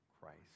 Christ